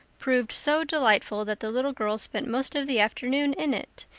proved so delightful that the little girls spent most of the afternoon in it,